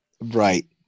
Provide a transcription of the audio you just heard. Right